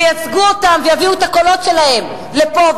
וייצגו אותם ויביאו את הקולות שלהם לפה.